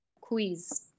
quiz